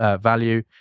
value